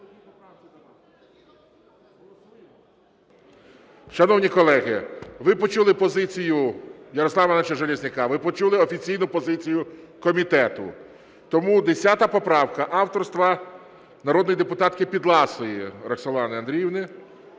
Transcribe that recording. Шановні колеги, ви почули позицію Ярослава Івановича Железняка, ви почули офіційну позицію комітету. Тому 10 поправка авторства народної депутатки Підласої Роксолани Андріївни,